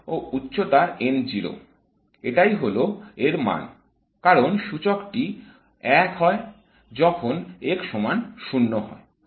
এবং এই উচ্চতা স্পষ্টত N 0 এটাই হল এর মান কারণ সূচকটি 1 হয় যখন x সমন 0 হয়